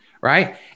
right